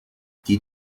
die